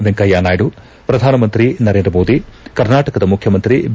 ವೆಂಕಯ್ಯನಾಯ್ದು ಪ್ರಧಾನಮಂತ್ರಿ ನರೇಂದ್ರ ಮೋದಿ ಕರ್ನಾಟಕದ ಮುಖ್ಯಮಂತ್ರಿ ಬಿ